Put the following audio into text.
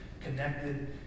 connected